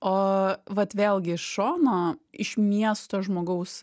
o vat vėlgi iš šono iš miesto žmogaus